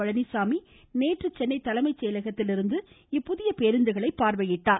பழனிசாமி நேற்று சென்னை தலைமை செயலகத்திலிருந்து இப்புதிய பேருந்துகளை பார்வையிட்டார்